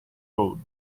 road